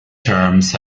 terms